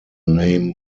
name